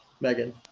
Megan